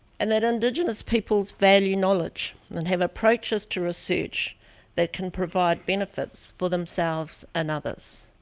and that indigenous peoples value knowledge, and have approaches to research that can provide benefits for themselves and others.